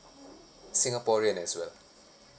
singaporean as well